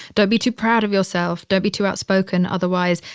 don't be too proud of yourself. don't be too outspoken. otherwise,